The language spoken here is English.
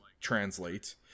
translate